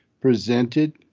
presented